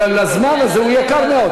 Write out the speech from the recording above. אבל הזמן הזה הוא יקר מאוד.